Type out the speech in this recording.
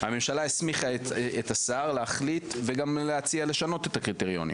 הממשלה הסמיכה את השר להחליט וגם להציע לשנות את הקריטריונים.